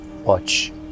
watch